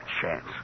chance